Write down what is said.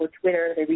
Twitter